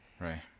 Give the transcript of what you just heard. Right